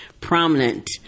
prominent